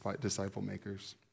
disciple-makers